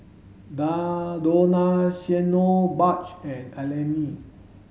Donaciano Butch and Eleni